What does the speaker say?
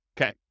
Okay